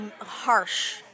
harsh